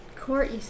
Court